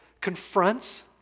confronts